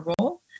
role